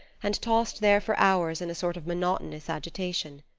and tossed there for hours in a sort of monotonous agitation.